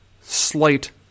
Slight